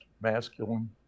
masculine